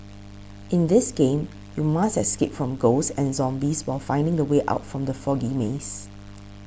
in this game you must escape from ghosts and zombies while finding the way out from the foggy maze